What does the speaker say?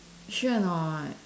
sure or not